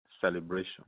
celebration